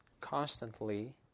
constantly